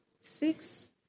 six